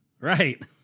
right